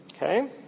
Okay